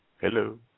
Hello